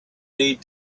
need